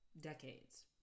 decades